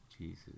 Jesus